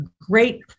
great